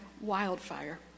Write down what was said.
wildfire